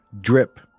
drip